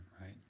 right